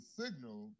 signal